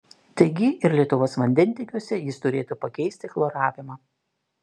taigi ir lietuvos vandentiekiuose jis turėtų pakeisti chloravimą